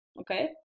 okay